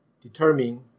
determine